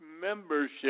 membership